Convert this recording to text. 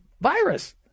virus